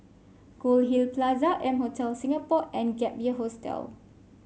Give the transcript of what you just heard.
Goldhill Plaza M Hotel Singapore and Gap Year Hostel